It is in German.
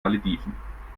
malediven